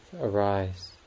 arise